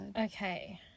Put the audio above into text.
Okay